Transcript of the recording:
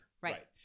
Right